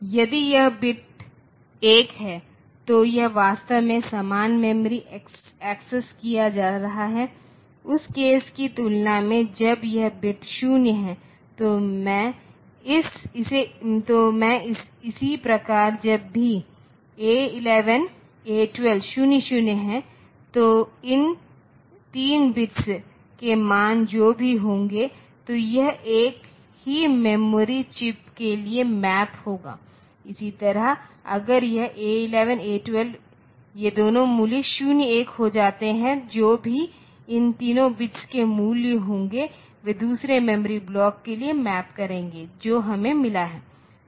यदि यह बिट 1 है तो यह वास्तव में समान मेमोरी एक्सेस किया जा रहा है उस केस की तुलना में जब यह बिट 0 है तो में इसी प्रकार जब भी A11 A12 0 0 है तो इन तीन बिट्स के मान जो भी होंगे तो यह एक ही मेमोरी चिप्स के लिए मैप होगा इसी तरह अगर यह ए 11 ए 12 ये दो मूल्य 0 1 हो जाते हैं जो भी इन तीन बिट्स के मूल्य होंगे वे दूसरे मेमोरी ब्लॉक के लिए मैप करेंगे जो हमें मिला है